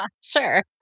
Sure